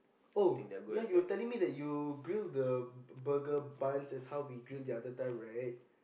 oh ya you telling me that you grill the burger bun as how we grill the other time right